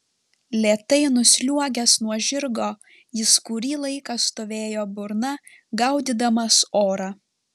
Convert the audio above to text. lėtai nusliuogęs nuo žirgo jis kurį laiką stovėjo burna gaudydamas orą